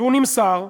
והוא נמסר,